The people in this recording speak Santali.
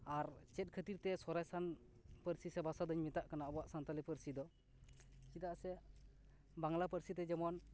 ᱟᱨ ᱪᱮᱫ ᱠᱷᱟᱹᱛᱤᱨ ᱛᱮ ᱥᱚᱨᱮᱥᱟᱱ ᱯᱟᱹᱨᱥᱤ ᱥᱮ ᱵᱷᱟᱥᱟᱫᱚᱧ ᱢᱮᱛᱟᱜ ᱠᱟᱱᱟ ᱟᱵᱚᱭᱟᱜ ᱥᱟᱱᱛᱟᱞᱤ ᱯᱟᱹᱨᱥᱤ ᱫᱚ ᱪᱮᱫᱟᱜ ᱥᱮ ᱵᱟᱝᱞᱟ ᱯᱟᱹᱨᱥᱤ ᱛᱮ ᱡᱮᱢᱚᱱ